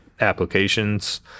applications